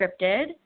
scripted